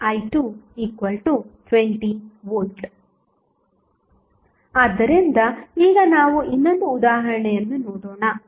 ಈಗ Vthvoc 6i2 20V ಆದ್ದರಿಂದ ಈಗ ನಾವು ಇನ್ನೊಂದು ಉದಾಹರಣೆಯನ್ನು ನೋಡೋಣ